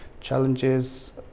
challenges